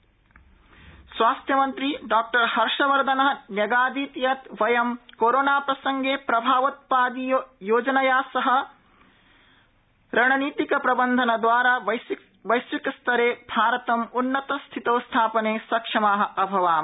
हर्षवर्धनः स्वास्थ्यमन्त्री डॉ हर्षवर्धनः न्यगादीत् यत् वयं कोरोनाप्रसंगे प्रभावोत्पादीयोजनया सह रणनीतिकप्रबन्धन द्वारा वैश्विकस्तरे भारतं उन्नतस्थितौ स्थापने सक्षमाः अभवाम